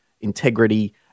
integrity